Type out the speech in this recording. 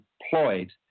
employed